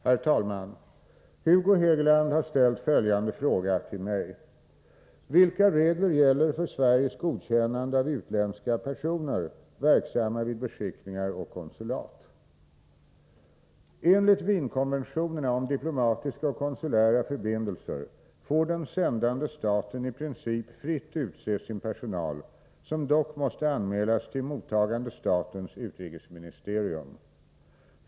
Herr talman! Hugo Hegeland har ställt följande fråga till mig: Enligt Wienkonventionerna om diplomatiska och konsulära förbindelser får den sändande staten i princip fritt utse sin personal, som dock måste anmälas till mottagande statens utrikesministerium.